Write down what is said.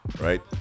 right